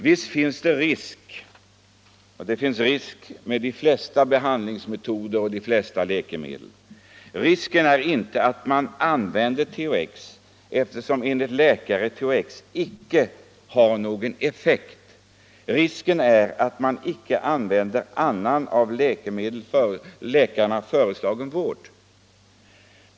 Visst finns det risk — det finns risker förknippade med de flesta behandlingsmetoder och de flesta läkemedel. Risken är dock inte att använda THX, eftersom enligt läkare THX icke har någon effekt, utan risken är att man icke använder annan av läkare föreslagen vård.